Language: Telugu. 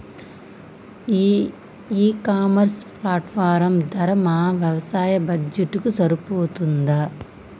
ఈ ఇ కామర్స్ ప్లాట్ఫారం ధర మా వ్యవసాయ బడ్జెట్ కు సరిపోతుందా?